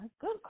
good